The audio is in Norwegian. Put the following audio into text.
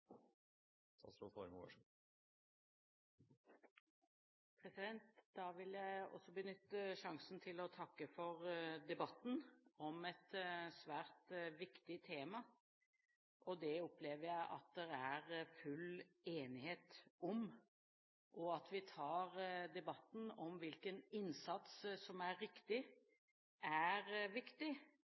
om et svært viktig tema. Det opplever jeg at det er full enighet om. At vi tar debatten om hvilken innsats som er riktig, er viktig.